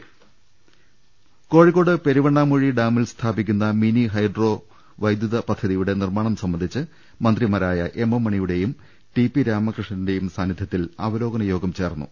് കോഴിക്കോട് പെരുവണ്ണാമൂഴി ഡാമിൽ സ്ഥാപിക്കുന്ന മിനി ഹൈഡ്രോ വൈദ്യുത പദ്ധതിയുടെ നിർമാണം സംബന്ധിച്ച് മന്ത്രിമാരായ എം എം മണിയുടെയും ടി പി രാമകൃഷ്ണന്റെയും സാന്നിധൃത്തിൽ അവലോകന യോഗം ചേർന്നു